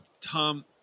Tom